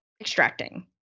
extracting